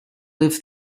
live